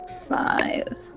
five